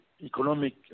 economic